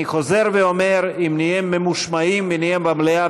אני חוזר ואומר: אם נהיה ממושמעים ונהיה במליאה